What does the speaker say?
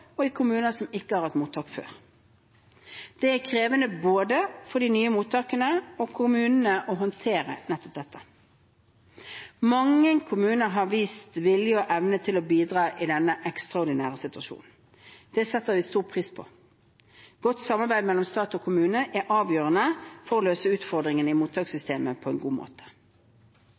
og i kommuner som ikke har hatt mottak før. Det er krevende for både de nye mottakene og kommunene å håndtere dette. Mange kommuner har vist vilje og evne til å bidra i denne ekstraordinære situasjonen. Det setter vi stor pris på. Godt samarbeid mellom staten og kommunene er avgjørende for å løse utfordringene i